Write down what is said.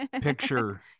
picture